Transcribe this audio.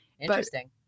interesting